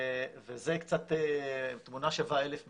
וזה קצת תמונה שווה אלף מילים.